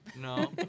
No